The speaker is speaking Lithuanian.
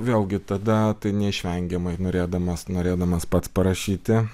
vėlgi tada neišvengiamai norėdamas norėdamas pats parašyti